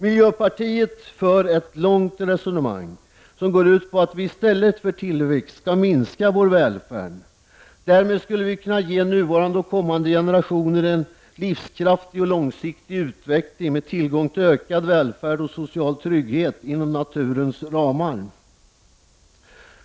Miljöpartiet för ett långt resonemang som går ut på att vi i stället för tillväxt skall minska vår välfärd. Därmed skulle vi kunna ge nuvarande och kommande generationer en livskraftig och långsiktig utveckling med tillgång till ökad välfärd och social trygghet inom naturens ramar.